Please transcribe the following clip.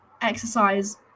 exercise